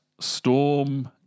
Storm